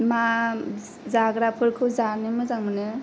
मा जाग्राफोरखौ जानो मोजां मोनो